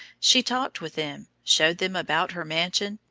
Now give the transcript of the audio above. she talked with them, showed them about her mansion,